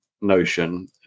notion